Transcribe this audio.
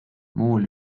muul